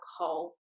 alcohol